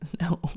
No